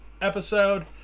episode